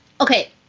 Okay